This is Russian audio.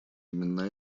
именно